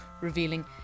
revealing